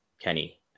Kenny